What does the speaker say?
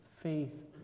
faith